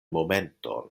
momenton